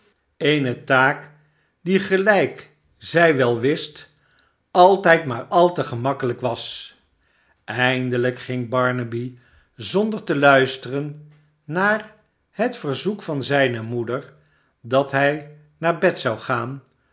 eene taak die gelijk zij wel wist altijd maar al te gemakkelijk was eindelijk ging barnaby zonder te luisteren naar het verzoek van zijne moeder dat hij naar bed zou gaan